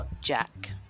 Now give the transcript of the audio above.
Jack